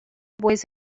boys